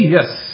Yes